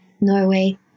Norway